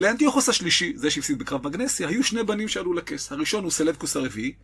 לאנטיוכוס השלישי, זה שהפסיד בקרב מגנסיה, היו שני בנים שעלו לכס. הראשון הוא סלבקוס הרביעי.